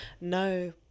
no